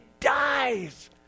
dies